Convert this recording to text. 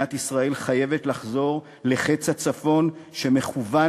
מדינת ישראל חייבת לחזור לחץ הצפון שמכוון